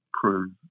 prove